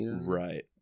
right